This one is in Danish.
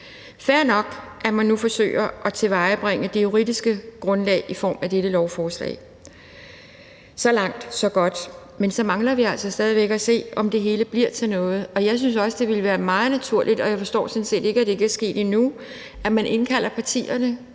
fair nok, at man nu forsøger at tilvejebringe det juridiske grundlag i form af dette lovforslag. Så langt, så godt. Men så mangler vi altså stadig væk at se, om det hele bliver til noget. Jeg synes også, det ville være meget naturligt, og jeg forstår sådan set ikke, at det ikke er sket endnu, at man indkalder partierne,